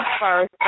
first